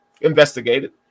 investigated